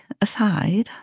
aside